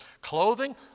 clothing